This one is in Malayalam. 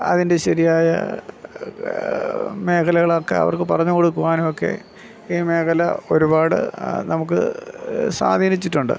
അതിന്റെ ശരിയായ മേഖലകളൊക്കെ അവര്ക്ക് പറഞ്ഞുകൊടുക്കുവാനുവൊക്കെ ഈ മേഖല ഒരുപാട് നമുക്ക് സ്വാധീനിച്ചിട്ടുണ്ട്